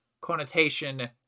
connotation